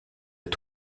est